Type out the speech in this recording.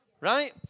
right